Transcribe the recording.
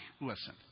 listen